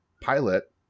pilot